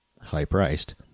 high-priced